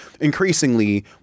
increasingly